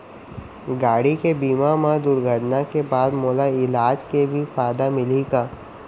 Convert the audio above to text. गाड़ी के बीमा मा दुर्घटना के बाद मोला इलाज के भी फायदा मिलही का?